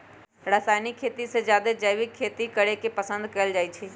रासायनिक खेती से जादे जैविक खेती करे के पसंद कएल जाई छई